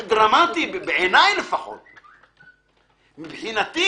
מאוד-מאוד פשוט וברור של ערעור על ההחלטה של השבתה.